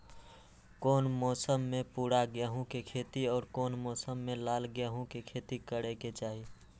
कौन मौसम में भूरा गेहूं के खेती और कौन मौसम मे लाल गेंहू के खेती करे के चाहि?